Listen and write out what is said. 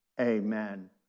amen